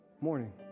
morning